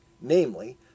namely